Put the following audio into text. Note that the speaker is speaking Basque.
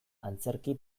antzerki